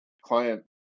client